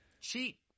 Cheat